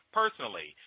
personally